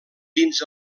dins